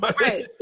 Right